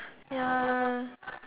ya